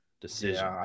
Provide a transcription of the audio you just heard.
decision